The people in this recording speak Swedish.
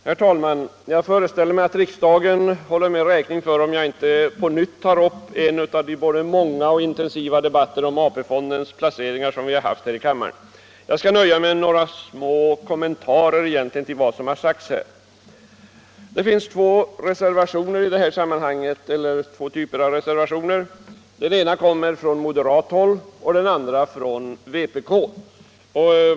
Herr talman! Jag föreställer mig att riksdagsledamöterna håller mig 25 räkning för att jag inte på nytt tar upp en stor debatt om AP-fondsmedlens placering; vi har ju haft många och intensiva sådana här i kammaren. Jag skall nöja mig med några små kommentarer till vad som har sagts. Det finns två typer av reservationer i det här sammanhanget. Den ena typen kommer från moderat håll och den andra från vpk.